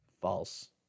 False